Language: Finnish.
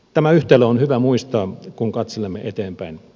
tämä yhtälö on hyvä muistaa kun katselemme eteenpäin